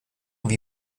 have